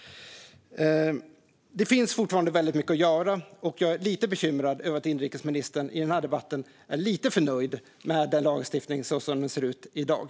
Det finns fortfarande väldigt mycket att göra, och jag är lite bekymrad över att inrikesministern i den här debatten är lite för nöjd med lagstiftningen som den ser ut i dag.